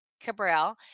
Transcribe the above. Cabral